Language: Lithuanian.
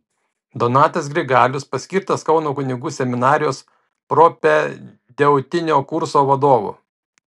donatas grigalius paskirtas kauno kunigų seminarijos propedeutinio kurso vadovu